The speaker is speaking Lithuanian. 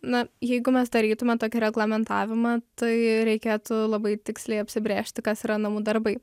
na jeigu mes darytume tokį reglamentavimą tai reikėtų labai tiksliai apsibrėžti kas yra namų darbai